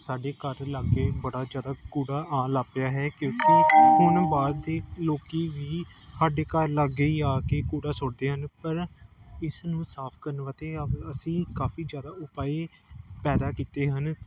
ਸਾਡੇ ਘਰ ਲਾਗੇ ਬੜਾ ਜ਼ਿਆਦਾ ਕੂੜਾ ਆਉਣ ਲੱਗ ਪਿਆ ਹੈ ਕਿਉਂਕਿ ਹੁਣ ਬਾਹਰ ਦੇ ਲੋਕ ਵੀ ਸਾਡੇ ਘਰ ਲਾਗੇ ਹੀ ਆ ਕੇ ਕੂੜਾ ਸੁੱਟਦੇ ਹਨ ਪਰ ਇਸ ਨੂੰ ਸਾਫ਼ ਕਰਨ ਵਾਸਤੇ ਅ ਅਸੀਂ ਕਾਫੀ ਜ਼ਿਆਦਾ ਉਪਾਅ ਪੈਦਾ ਕੀਤੇ ਹਨ